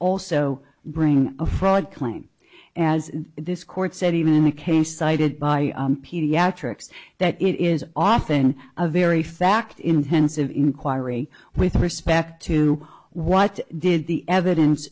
also bring a fraud claim as this court said even in a case cited by pediatrics that it is often a very fact intensive inquiry with respect to what did the evidence